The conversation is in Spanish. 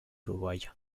uruguayo